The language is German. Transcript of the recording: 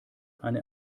eine